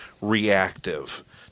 reactive